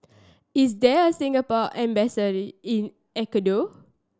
is there a Singapore in Ecuador